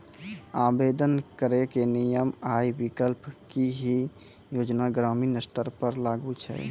आवेदन करैक नियम आ विकल्प? की ई योजना ग्रामीण स्तर पर लागू छै?